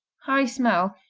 high smell,